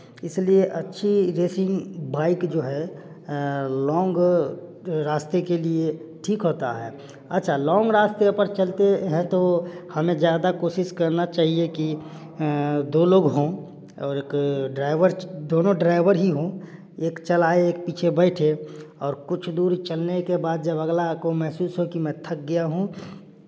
इसलिए अच्छी racing bike जो है लॉन्ग रास्ते के लिए ठीक होता है अच्छा लॉन्ग रास्ते पर चलते हैं तो हमें ज्यादा कोशिश करना चाहिए कि दो लोग हों और एक ड्राइवर दोनों ड्राइवर ही हो एक चलाए एक पीछे बैठे और कुछ दूर चलने के बाद जब अगला को महसूस हो की मैं थक गया हूँ